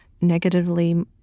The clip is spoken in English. negatively